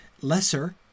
lesser